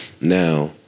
Now